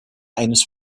eines